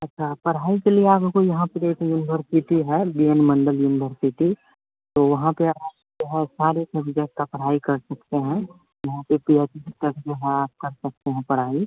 अच्छी पढ़ाई के लिए आपको यहाँ पर एक यूनिवर्सिटी है बी एन मण्डल यूनिवर्सिटी तो वहाँ पर आप जो है सारे सब्जेक्ट की पढ़ाई कर सकते हैं वहाँ पर पी एच डी तक जो है आप कर सकते हैं पढ़ाई